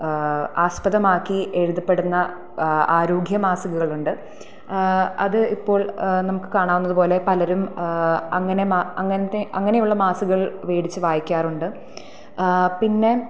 ആസ്പദമാക്കി എഴുതപ്പെടുന്ന ആരോഗ്യമാസികകളുണ്ട് അത് ഇപ്പോൾ നമുക്ക് കാണാവുന്നതുപോലെ പലരും അങ്ങനെ മ അങ്ങൻത്തെ അങ്ങനെയുള്ള മാസികകൾ മേടിച്ചു വായിക്കാറുണ്ട് പിന്നെ